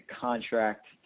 contract